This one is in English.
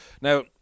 Now